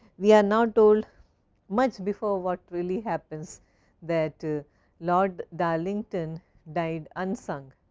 we are not told much before what really happens that lord darlington died unsung.